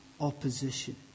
opposition